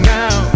now